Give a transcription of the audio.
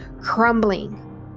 crumbling